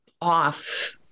off